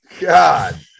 God